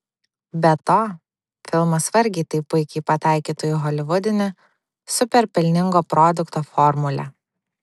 be to filmas vargiai taip puikiai pataikytų į holivudinę super pelningo produkto formulę